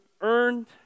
earned